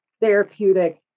therapeutic